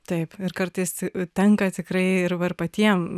taip ir kartais tenka tikrai ir va ir patiem